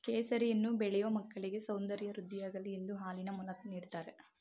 ಕೇಸರಿಯನ್ನು ಬೆಳೆಯೂ ಮಕ್ಕಳಿಗೆ ಸೌಂದರ್ಯ ವೃದ್ಧಿಯಾಗಲಿ ಎಂದು ಹಾಲಿನ ಮೂಲಕ ನೀಡ್ದತರೆ